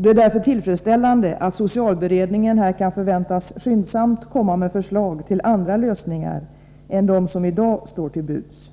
Det är därför tillfredsställande att socialberedningen kan förväntas skyndsamt komma med förslag till andra lösningar än dem som i dag står till buds.